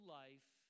life